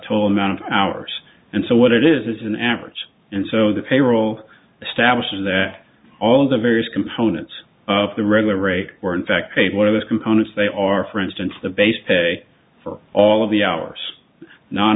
total amount of hours and so what it is is an average and so the payroll establishes that all of the various components of the regular rate were in fact paid one of those components they are for instance the base pay for all of the hours non